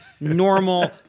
normal